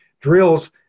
drills